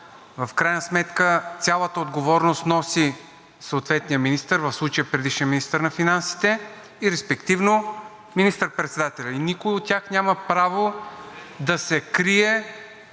В крайна сметка цялата отговорност носи съответният министър – в случая предишният министър на финансите, и респективно министър-председателят. Никой от тях няма право да се крие